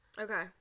Okay